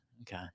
okay